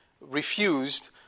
refused